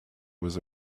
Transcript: was